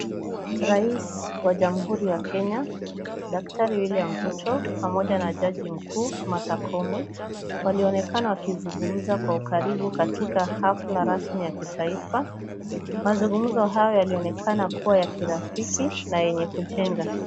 Rais wa jamhuri ya Kenya daktari William Ruto, pamoja na jaji mkuu Martha Koome, walionekana wakizungumza kwa ukaribu katika hafla rasmi ya kitaifa. Mazungumzo hayo yalionekana kuwa ya kirafiki na yenye kujenga.